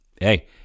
hey